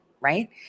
right